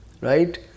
Right